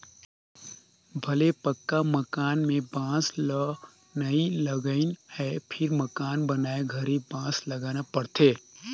भले पक्का मकान में बांस ल नई लगईंन हे फिर मकान बनाए घरी बांस लगाना पड़थे